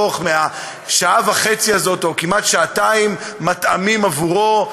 מהשעה וחצי הזאת או כמעט שעתיים מטעמים עבורו,